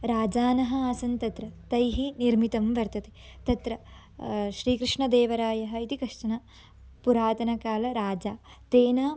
राजानः आसन् तत्र तैः निर्मितं वर्तते तत्र श्रीकृष्णदेवरायः इति कश्चन पुरातनकालीनः राजा तेन